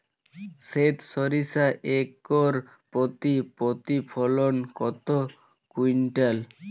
সেত সরিষা একর প্রতি প্রতিফলন কত কুইন্টাল?